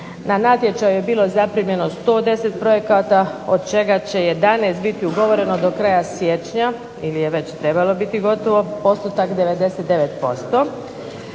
Na natječaju je bilo zaprimljeno 110 projekata od čega će 11 biti ugovoreno do kraja siječnja ili je već trebalo biti gotovo. Postotak 99%.